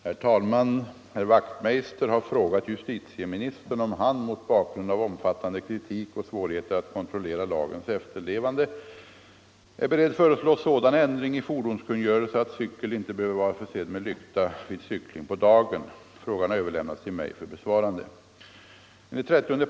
Herr talman! Herr Wachtmeister i Staffanstorp har frågat justitieministern om han, mot bakgrund av omfattande kritik och svårigheter att kontrollera lagens efterlevande, är beredd föreslå sådan ändring i fordonskungörelsen att cykel inte behöver vara försedd med lykta vid cykling på dagen. Frågan har överlämnats till mig för besvarande.